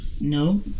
no